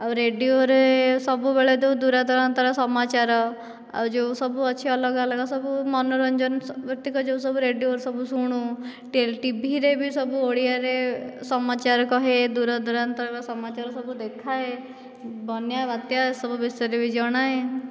ଆଉ ରେଡ଼ିଓରେ ସବୁବେଳେ ଯେଉଁ ଦୂରାଦରାନ୍ତର ସମାଚାର ଆଉ ଯେଉଁ ସବୁ ଅଛି ଅଲଗା ଅଲଗା ସବୁ ମନୋରଞ୍ଜନ ପ୍ରତ୍ୟେକ ଯେଉଁ ସବୁ ରେଡ଼ିଓରେ ସବୁ ଶୁଣୁ ଟେଲ୍ ଟିଭିରେ ବି ସବୁ ଓଡ଼ିଆରେ ସମାଚାର କୁହେ ଦୂରଦୂରାନ୍ତର ସମାଚାର ସବୁ ଦେଖାଏ ବନ୍ୟା ବାତ୍ୟା ସବୁ ବିଷୟରେ ବି ଜଣାଏ